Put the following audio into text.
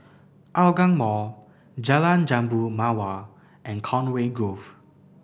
Hougang Mall Jalan Jambu Mawar and Conway Grove